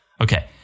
Okay